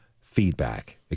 feedback